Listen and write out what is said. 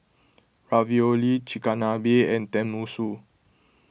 Ravioli Chigenabe and Tenmusu